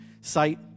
Sight